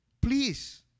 Please